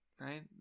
right